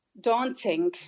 daunting